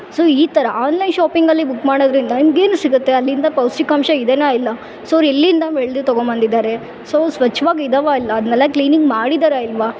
so ಈ ಥರ online ಶಾಪಿಂಗಲ್ಲಿ ಬುಕ್ ಮಾಡೋದ್ರಿಂದ ನನಗೇನು ಸಿಗತ್ತೆ ಅಲ್ಲಿಂದ ಪೌಷ್ಟಿಕಾಂಶ ಇದೇನ ಇಲ್ಲ ಸೊ ಎಲ್ಲಿಂದ ಬೆಳ್ದು ತಗೊಮ್ ಬಂದಿದ್ದಾರೆ ಸೊ ಸ್ವಚ್ಛ್ವಾಗಿ ಇದಾವ ಇಲ್ಲ ಅದ್ನೆಲ್ಲ ಕ್ಲೀನಿಂಗ್ ಮಾಡಿದ್ದಾರ ಇಲ್ಲವಾ